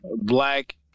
Black